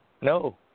no